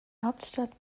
hauptstadt